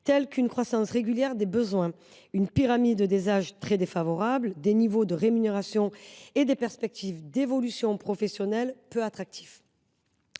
comme l’augmentation régulière des besoins, une pyramide des âges très défavorable et des niveaux de rémunération et des perspectives d’évolution professionnelle peu attrayants.